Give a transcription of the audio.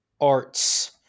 arts